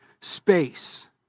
space